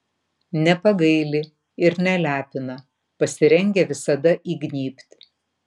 nepagaili ir nelepina pasirengę visada įgnybt